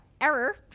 Error